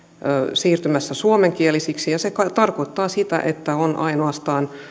siirtymässä suomenkielisiksi ja se tarkoittaa sitä että on ainoastaan